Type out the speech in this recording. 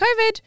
COVID